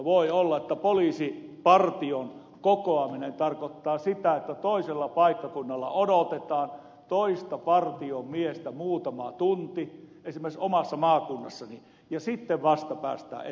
voi olla että poliisipartion kokoaminen tarkoittaa sitä että toisella paikkakunnalla odotetaan toista partion miestä muutama tunti esimerkiksi omassa maakunnassani ja sitten vasta päästään eteenpäin